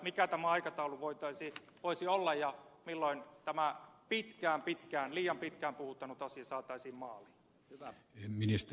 mikä tämä aikataulu voisi olla ja milloin tämä pitkään pitkään liian pitkään puhuttanut asia saataisiin maaliin